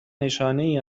نشانهای